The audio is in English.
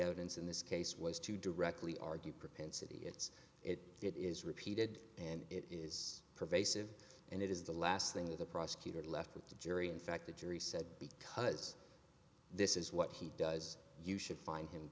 evidence in this case was to directly argue propensity it's it is repeated and it is pervasive and it is the last thing that the prosecutor left with the jury in fact the jury said because this is what he does you should find him